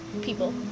people